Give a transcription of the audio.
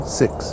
six